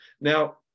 Now